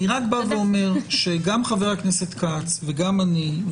אני רק אומר שגם חה"כ כץ וגם אני,